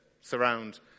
surround